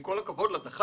עם כל הכבוד לדח"צ,